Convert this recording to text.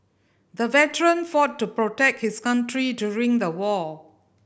the veteran fought to protect his country during the war